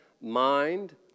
mind